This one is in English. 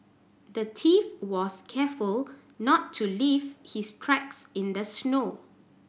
the thief was careful not to leave his tracks in the snow